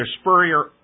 Spurrier